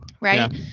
Right